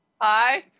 Hi